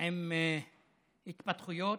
עם התפתחויות.